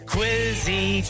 Quizzy